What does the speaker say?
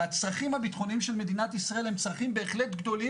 והצרכים הביטחוניים של מדינת ישראל הם צריכים בהחלט גדולים